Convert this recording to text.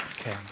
Okay